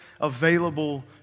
available